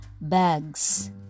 bags